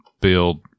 build